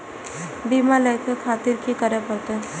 बीमा लेके खातिर की करें परतें?